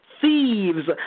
Thieves